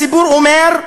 הסיפור אומר: